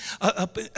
up